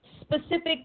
specific